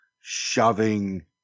shoving